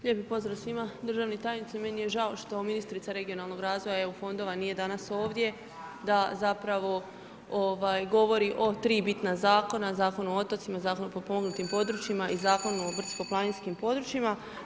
Lijepi pozdrav svima, državni tajniče, meni je žao, što ministrica regionalnog razvoja EU fondova nije danas ovdje, da zapravo govori o 3 bitna zakona, Zakon o otocima, Zakon o potpomognutim područjima i Zakon o brdsko-planinskim područjima.